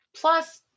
Plus